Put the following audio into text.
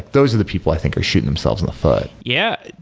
those are the people i think are shooting themselves in the foot. yeah.